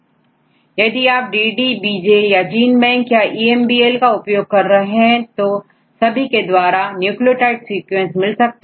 यदि आपDDBJया gene bank याEMBL उपयोग कर रहे हैं तो सभी के द्वारा न्यूक्लियोटाइड सीक्वेंस मिल सकते हैं